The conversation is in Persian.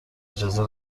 اجازه